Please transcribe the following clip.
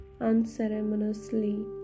unceremoniously